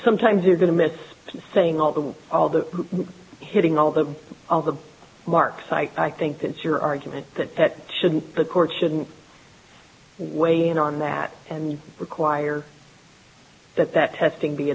sometimes you're going to miss saying all the all the hitting all the all the mark site i think that's your argument that that shouldn't the court shouldn't weigh in on that and require that that testing be